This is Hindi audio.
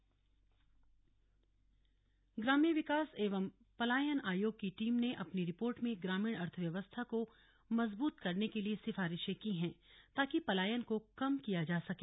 ग्राम्य विकास विश्लेषण ग्राम्य विकास एवं पलायन आयोग की टीम ने अपनी रिपोर्ट में ग्रामीण अर्थव्यवस्था को मजबूत करने के लिए सिफारिशें की हैं ताकि पलायन को कम किया जा सके